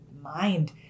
mind